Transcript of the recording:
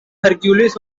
hercules